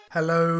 Hello